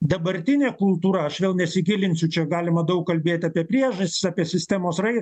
dabartinė kultūra aš vėl nesigilinsiu čia galima daug kalbėti apie priežastis apie sistemos raidą